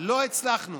לא הצלחנו